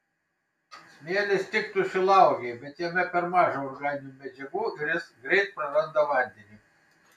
smėlis tiktų šilauogei bet jame per maža organinių medžiagų ir jis greit praranda vandenį